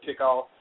kickoff